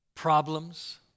Problems